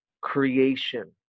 creation